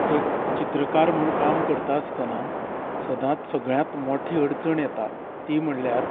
एक चित्रकार म्हण काम करता आसतना सदांच सगळ्यांत मोठी अडचण येता ती म्हणल्यार